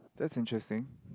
that's interesting